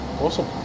awesome